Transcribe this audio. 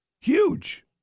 Huge